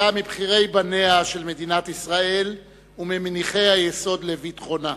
היה מבכירי בניה של מדינת ישראל וממניחי היסוד לביטחונה.